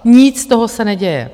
Nic z toho se neděje.